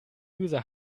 user